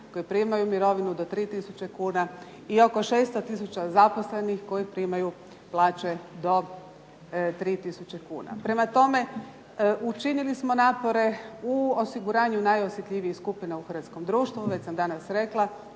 koji primaju mirovinu do 3000 kuna i oko 600000 zaposlenih koji primaju plaće do 3000 kuna. Prema tome, učinili smo napore u osiguranju najosjetljivijih skupina u hrvatskom društvu, već sam danas rekla